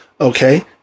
Okay